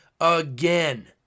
again